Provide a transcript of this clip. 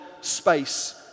space